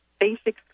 basic